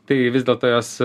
tai vis dėlto jos